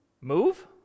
move